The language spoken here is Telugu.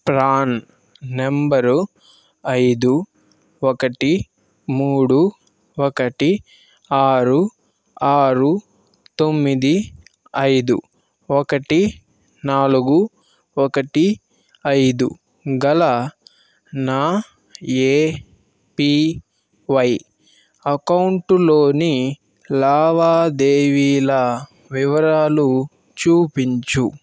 ప్రాన్ నంబరు ఐదు ఒకటి మూడు ఒకటి ఆరు ఆరు తొమ్మిది ఐదు ఒకటి నాలుగు ఒకటి ఐదు గల నా ఏపీవై అకౌంటులోని లావాదేవీల వివరాలు చూపించు